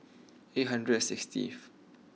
eight hundred sixth